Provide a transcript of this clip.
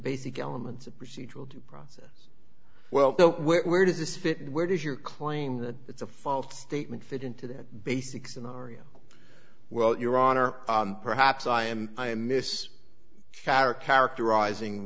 basic elements of procedural due process well so where does this fit where does your claim that it's a false statement fit into that basics an aria well your honor perhaps i am i miss chatter characterizing